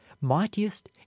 mightiest